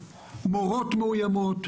מורות מאויימות,